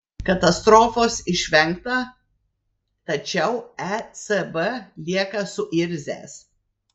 katastrofos išvengta tačiau ecb lieka suirzęs